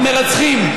המרצחים,